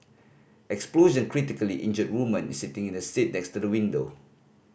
explosion critically injured woman sitting in the seat next to the window